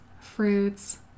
fruits